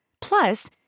Plus